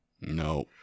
No